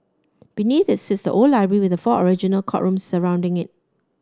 beneath it sits the old library with the four original courtrooms surrounding it